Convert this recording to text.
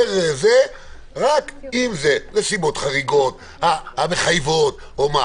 רק אם זה נסיבות חריגות המחייבות זאת.